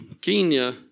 Kenya